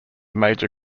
major